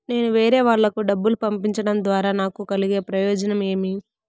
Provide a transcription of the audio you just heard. నేను వేరేవాళ్లకు డబ్బులు పంపించడం ద్వారా నాకు కలిగే ప్రయోజనం ఏమి?